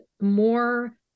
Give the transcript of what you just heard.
more